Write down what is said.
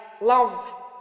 Love